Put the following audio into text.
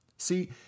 See